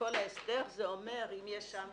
כל ההסדר זה אומר, אם יש שם